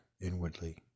inwardly